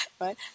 right